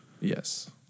Yes